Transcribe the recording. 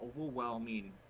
overwhelming